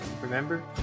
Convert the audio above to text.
Remember